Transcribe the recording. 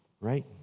right